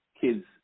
kid's